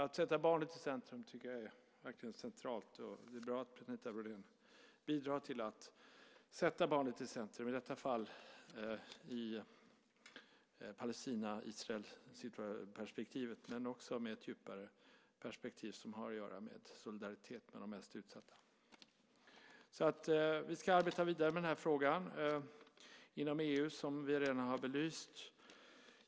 Att sätta barnet i centrum är därför centralt, och det är bra att Anita Brodén bidrar till att göra just det. I detta fall gäller det Palestina-Israel-perspektivet, men det finns också ett djupare perspektiv som har att göra med solidaritet med de mest utsatta. Vi ska arbeta vidare med denna fråga inom EU, vilket vi redan belyst.